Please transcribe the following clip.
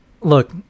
look